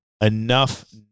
enough